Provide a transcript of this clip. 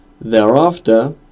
Thereafter